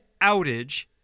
outage